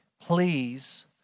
please